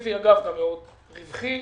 אקסקלוסיבי ורווחי.